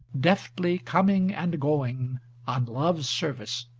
deftly coming and going on love's service,